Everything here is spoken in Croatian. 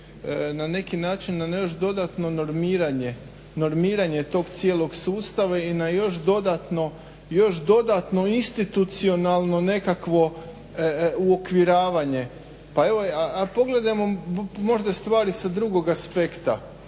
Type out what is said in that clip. na neki način na još dodatno normiranje tog cijelog sustava i na još dodatno institucionalno nekakvo uokvirivanje. Pogledajmo možda stvari sa drugog aspekta.